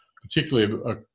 particularly